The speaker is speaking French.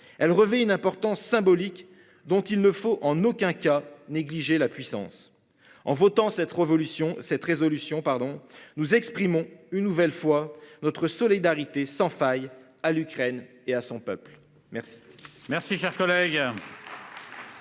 elle revêt une importance symbolique dont il ne faut en aucun cas négligé la puissance en votant cette révolution cette résolution pardon nous exprimons une nouvelle fois notre solidarité sans faille à l'Ukraine et à son peuple. Merci.